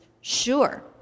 sure